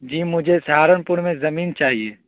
جی مجھے سہارنپور میں زمین چاہیے